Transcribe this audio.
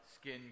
skin